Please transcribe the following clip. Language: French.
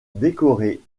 décorés